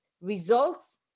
results